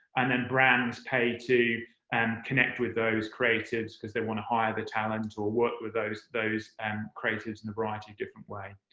and then brands pay to and connect with those creatives because they want to hire the talent or work with those those and creatives in a variety of different ways.